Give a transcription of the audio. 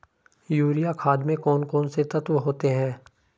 Urea खाद में कौन कौन से तत्व होते हैं?